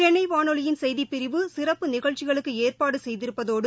சென்னைவனொலியின் செய்திப்பிரிவு சிறப்பு நிகழ்ச்சிகளுக்குஏற்பாடுசெய்திருப்பதோடு